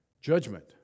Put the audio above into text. Judgment